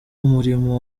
umurimo